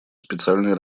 специальной